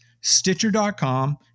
Stitcher.com